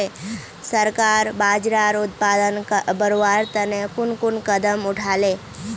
सरकार बाजरार उत्पादन बढ़वार तने कुन कुन कदम उठा ले